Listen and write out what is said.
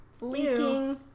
leaking